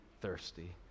thirsty